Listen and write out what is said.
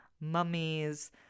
mummies